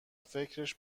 فکرش